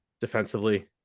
defensively